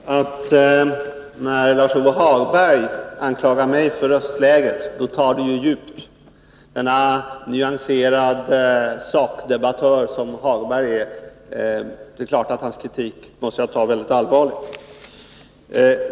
Herr talman! Det är klart att när Lars-Ove Hagberg anklagar mig för högt röstläge, då tar det djupt. Kritik från en så nyanserad sakdebattör som Lars-Ove Hagberg måste jag ta väldigt allvarligt.